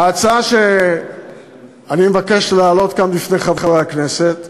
ההצעה שאני מבקש להעלות כאן בפני חברי הכנסת,